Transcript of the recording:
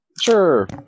sure